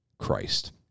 christ